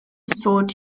sort